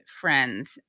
friends